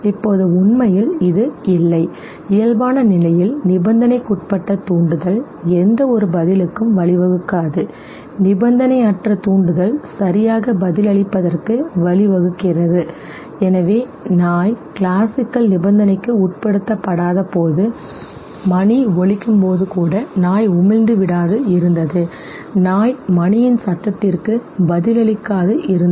இப்போது உண்மையில் இது இல்லை இயல்பான நிலையில் நிபந்தனைக்குட்பட்ட தூண்டுதல் எந்தவொரு பதிலுக்கும் வழிவகுக்காது நிபந்தனையற்ற தூண்டுதல் சரியாக பதிலளிப்பதற்கு வழிவகுக்கிறது எனவே நாய் கிளாசிக்கல் நிபந்தனைக்கு உட்படுத்தப்படாதபோது மணி ஒலிக்கும்போது கூட நாய் உமிழ்ந்து விடாது இருந்தது நாய் மணியின் சத்தத்திற்கு பதிலளிக்காது இருந்தது